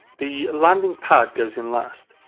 the landing pad goes in last.